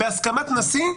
בהסכמת נשיא,